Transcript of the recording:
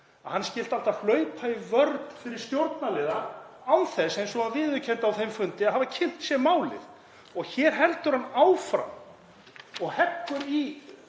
að hann skyldi alltaf að hlaupa í vörn fyrir stjórnarliða án þess, eins og hann viðurkenndi á þeim fundi, að hafa kynnt sér málið. Og hér heldur hann áfram og heggur í